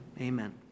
Amen